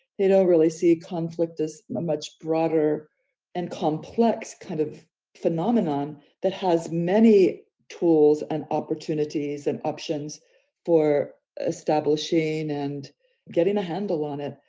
they don't really see conflict as much broader and complex kind of phenomenon that has many tools and opportunities and options for establishing and getting a handle on it.